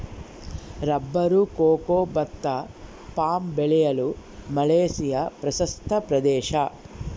rubber cocoa ಭತ್ತ palm ಬೆಳೆಯಲು Malaysia ಪ್ರಸಕ್ತ ಪ್ರದೇಶ